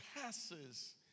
passes